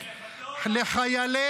כן, בתיאוריה.